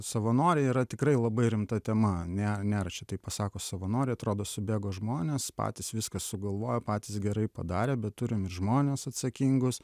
savanoriai yra tikrai labai rimta tema ne nėra čia taip pasako savanoriai atrodo subėgo žmonės patys viską sugalvojo patys gerai padarė bet turim ir žmones atsakingus